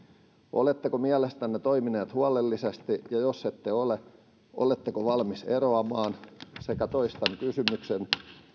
oletteko mielestänne toimineet huolellisesti ja jos ette ole oletteko valmis eroamaan sekä toistan kysymyksen